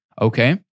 Okay